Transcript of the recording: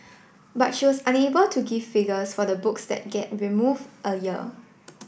but she was unable to give figures for the books that get remove a year